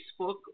Facebook